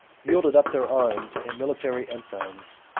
yielded up their arms and military ensigns,